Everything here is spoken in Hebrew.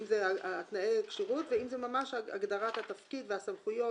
אם זה תנאי הכשירות ואם זה ממש הגדרת התפקיד והסמכויות,